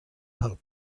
pulp